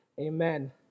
Amen